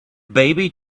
baby